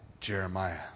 Jeremiah